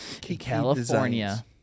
California